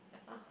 yeah